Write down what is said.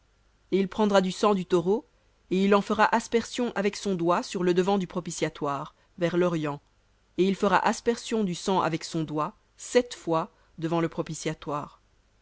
et il prendra du sang du taureau et il en fera aspersion avec son doigt sur le devant du propitiatoire vers l'orient et il fera aspersion du sang avec son doigt sept fois devant le